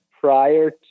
prior